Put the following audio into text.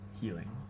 healing